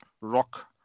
rock